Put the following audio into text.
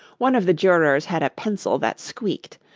one of the jurors had a pencil that squeaked.